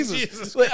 Jesus